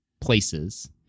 places